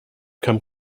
come